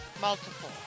multiple